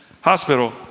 hospital